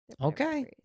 Okay